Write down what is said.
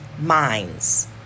minds